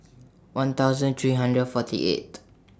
one thousand three hundred forty eight